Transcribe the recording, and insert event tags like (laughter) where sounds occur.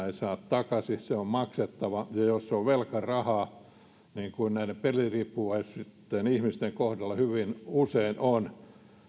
(unintelligible) ei saa takaisin se on maksettava ja jos se on velkarahaa niin kuin näiden peliriippuvaisten ihmisten kohdalla hyvin usein on